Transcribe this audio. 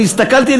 אני הסתכלתי,